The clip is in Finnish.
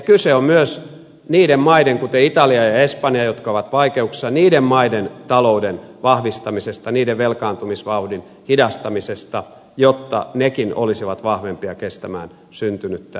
kyse on myös niiden maiden jotka ovat vaikeuksissa kuten italian ja espanjan talouden vahvistamisesta ja niiden velkaantumisvauhdin hidastamisesta jotta nekin olisivat vahvempia kestämään syntynyttä turbulenssia